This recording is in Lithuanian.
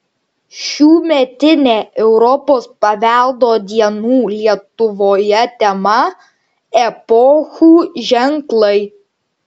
šiųmetinė europos paveldo dienų lietuvoje tema epochų ženklai